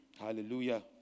hallelujah